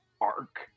arc